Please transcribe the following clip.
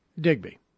Digby